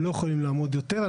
הם לא יכולים לעמוד ביותר.